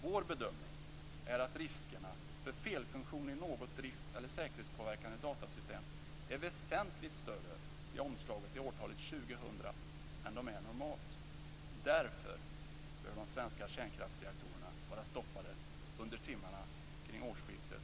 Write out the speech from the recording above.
Vår bedömning är att riskerna för felfunktion i något drift eller säkerhetspåverkande datasystem är väsentligt större vid omslaget till årtalet 2000 än de är normalt. Därför bör de svenska kärnkraftsreaktorerna vara stoppade under timmarna kring årsskiftet